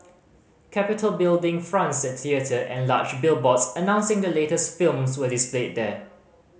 Capitol Building fronts the theatre and large billboards announcing the latest films were displayed there